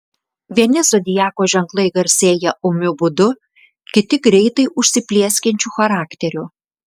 vieni zodiako ženklai garsėja ūmiu būdu kiti greitai užsiplieskiančiu charakteriu